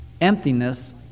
emptiness